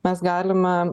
mes galime